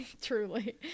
truly